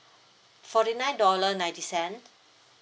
forty nine dollar ninety cent